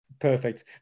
Perfect